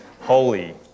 holy